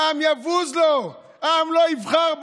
העם יבוז לו, העם לא יבחר בו.